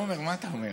עמר, מה אתה אומר?